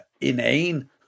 inane